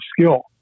skill